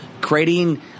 creating